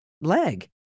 leg